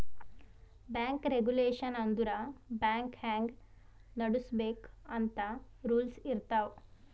bank regulation ಅಂದುರ್ bank ಹ್ಯಾಂಗ್ ನಡುಸ್ಬೇಕ್ ಅಂತ್ ರೂಲ್ಸ್ ಇರ್ತಾವ್